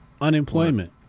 unemployment